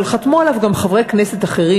אבל חתמו עליו גם חברי כנסת אחרים,